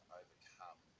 overcome